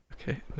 Okay